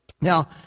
Now